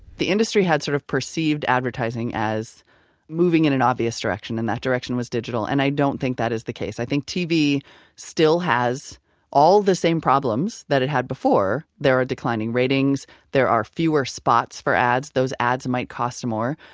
the industry had sort of perceived advertising as moving in an obvious direction, and that direction was digital. and i don't think that is the case. i think tv still has all the same problems that it had before. there are declining ratings, there are fewer spots for ads, those ads might cost more.